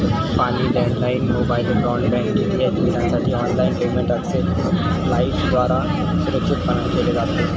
पाणी, landline, mobile, broadband, DTH बिलांसाठी online payment xpay लाइफद्वारा सुरक्षितपणान केले जाते